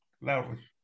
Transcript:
Loudly